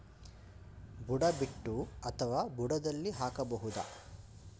ಬುಡ ಬಿಟ್ಟು ಅಥವಾ ಬುಡದಲ್ಲಿ ಹಾಕಬಹುದಾ?